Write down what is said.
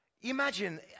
Imagine